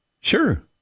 Sure